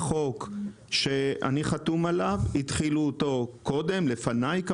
החוק שאני חתום עליו והתחילו אותו קודם לפניי,